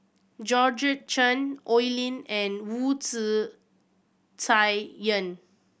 Georgette Chen Oi Lin and Wu Tsai Yen